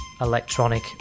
electronic